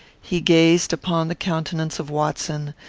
he gazed upon the countenance of watson,